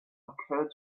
occurred